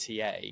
TA